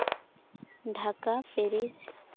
Dhaka Paris